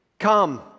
come